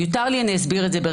אם יותר לי, אני אסביר את זה.